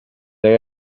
they